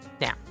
Now